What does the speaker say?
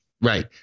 Right